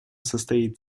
состоит